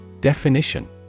Definition